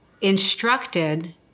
instructed